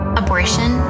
abortion